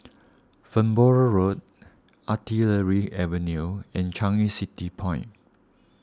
Farnborough Road Artillery Avenue and Changi City Point